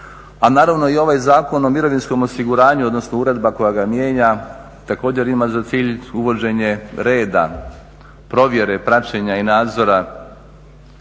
A naravno i ovaj Zakon o mirovinskom osiguranju, odnosno uredba koja ga mijenja također ima za cilj uvođenje reda, provjere, praćenja i nadzora